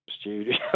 studio